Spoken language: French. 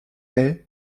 est